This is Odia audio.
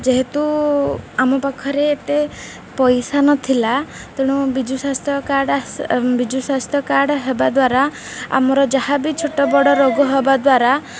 ଯେହେତୁ ଆମ ପାଖରେ ଏତେ ପଇସା ନଥିଲା ତେଣୁ ବିଜୁ ସ୍ୱାସ୍ଥ୍ୟ କାର୍ଡ଼ ବିଜୁ ସ୍ୱାସ୍ଥ୍ୟ କାର୍ଡ଼ ହେବା ଦ୍ୱାରା ଆମର ଯାହା ବିି ଛୋଟ ବଡ଼ ରୋଗ ହେବା ଦ୍ୱାରା